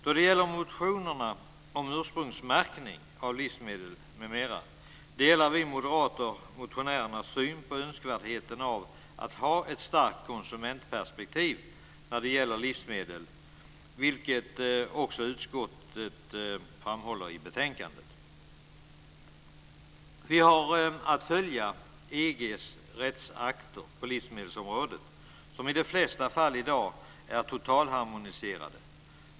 Då det gäller motionerna om ursprungsmärkning av livsmedel m.m. delar vi moderater motionärernas syn på önskvärdheten av att ha ett starkt konsumentperspektiv i fråga om livsmedel, vilket också utskottet framhåller i betänkandet. Vi har att följa EG:s rättsakter på livsmedelsområdet som i dag i de flesta fall är totalharmoniserade.